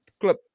club